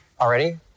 Already